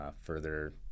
further